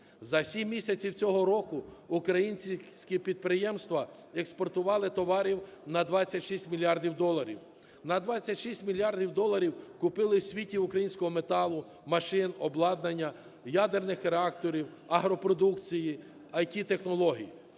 За сім місяців цього року, українські підприємства експортували товарів на 26 мільярдів доларів. На 26 мільярдів доларів купили в світі українського металу, машин, обладнання, ядерних реакторів, агропродукції, ІТ-технологій.